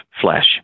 flesh